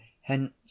hence